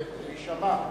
ויישמע.